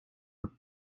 were